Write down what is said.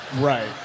Right